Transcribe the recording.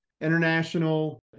international